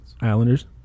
Islanders